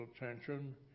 attention